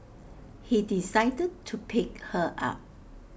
he decided to pick her up